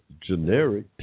generic